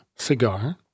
Cigar